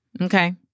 Okay